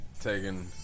taking